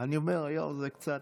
זה קצת,